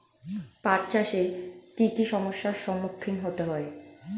পাঠ চাষে কী কী সমস্যার সম্মুখীন হতে হয়?